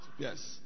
Yes